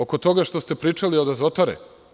Oko toga što ste pričali oko Azotare.